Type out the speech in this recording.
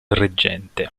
reggente